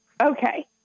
Okay